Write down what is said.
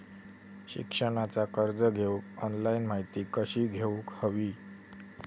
शिक्षणाचा कर्ज घेऊक ऑनलाइन माहिती कशी घेऊक हवी?